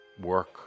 work